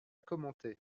commenter